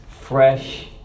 fresh